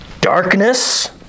darkness